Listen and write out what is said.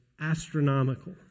astronomical